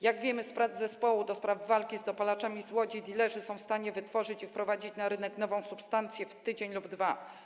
Jak wiemy z prac zespołu do spraw walki z dopalaczami z Łodzi, dilerzy są w stanie wytworzyć i wprowadzić na rynek nową substancję w tydzień lub dwa.